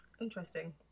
interesting